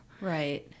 Right